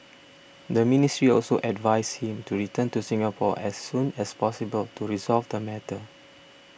the ministry also advised him to return to Singapore as soon as possible to resolve the matter